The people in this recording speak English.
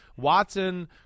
Watson